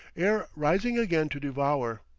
ere rising again to devour.